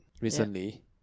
recently